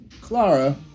Clara